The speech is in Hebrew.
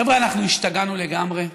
חבר'ה, אנחנו השתגענו לגמרי.